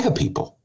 people